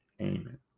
Amen